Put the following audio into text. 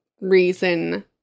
reason